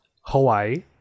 Hawaii